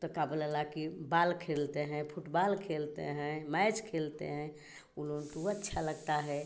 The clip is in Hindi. तो का बोला ला कि बाल खेलते हैं फुटबाल खेलते हैं मैच खेलते हैं वह लोगों के वह अच्छा लगता है